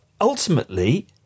ultimately –